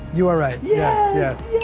you are right. yes, yes.